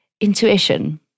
Intuition